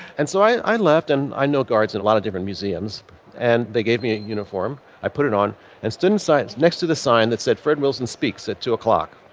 and so i left and i know guards and a lot of different museums and they gave me a uniform. i put it on and studied science next to the sign that said fred wilson speaks at two o'clock.